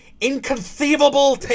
Inconceivable